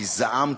כי זעמתי,